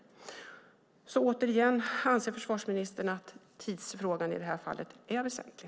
Jag vill återigen fråga: Anser försvarsministern att tidsfrågan i detta fall är väsentlig?